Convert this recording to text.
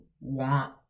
want